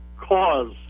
cause